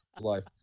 life